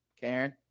Karen